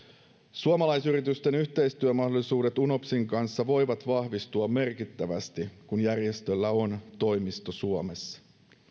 suomalaisyritysten yhteistyömahdollisuudet unopsin kanssa voivat vahvistua merkittävästi kun järjestöllä on toimisto suomessa